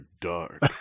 Dark